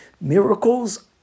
Miracles